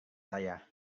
saya